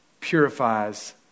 purifies